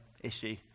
issue